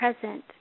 present